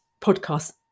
podcast